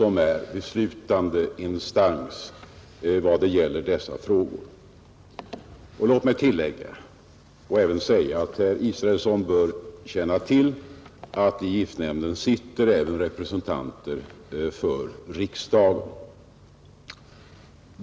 är beslutande instans i dessa frågor. Låg mig tillägga att herr Israelsson bör känna till att i giftnämnden sitter även representanter för riksdagen.